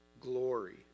glory